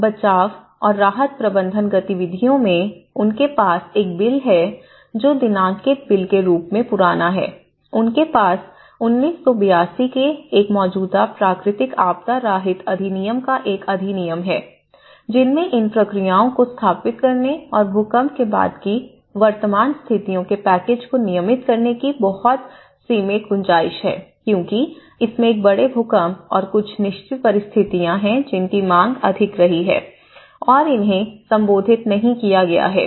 अब बचाव और राहत प्रबंधन गतिविधियों में उनके पास एक बिल है जो दिनांकित बिल के रूप में पुराना है उनके पास 1982 के एक मौजूदा प्राकृतिक आपदा राहत अधिनियम का एक अधिनियम है जिसमें इन प्रक्रियाओं को स्थापित करने और भूकंप के बाद की वर्तमान स्थितियों के पैकेज को नियमित करने की बहुत सीमित गुंजाइश है क्योंकि इसमें एक बड़े भूकंप और कुछ निश्चित परिस्थितियां हैं जिनकी मांग अधिक रही है और उन्हें संबोधित नहीं किया गया है